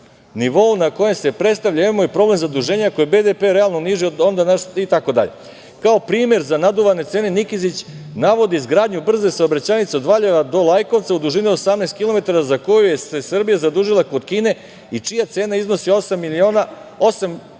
nivou na kojem se predstavlja, em mu je problem zaduženje koje BDP realno niži od onda …. itd. Kao primer za naduvane cene Nikezić navodi izgradnju brze saobraćajnice od Valjeva do Lajkovca u dužini od 18 kilometara za koju je Srbija zadužila kod Kine i čija cena iznosi osam miliona